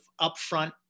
upfront